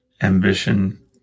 ambition